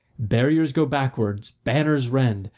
barriers go backwards, banners rend,